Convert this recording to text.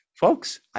folks